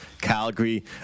calgary